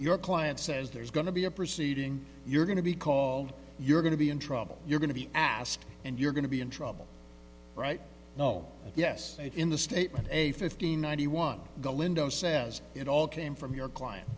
your client says there's going to be a proceeding you're going to be called you're going to be in trouble you're going to be asked and you're going to be in trouble right know yes in the statement a fifteen ninety one the lindo says it all came from your client